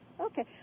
Okay